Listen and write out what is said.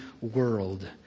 world